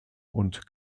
und